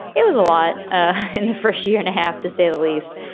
it was a lot ah in the first year and a half, to say the least.